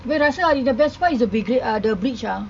where rasa the best part is the the bridge ah